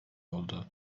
oldu